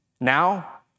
now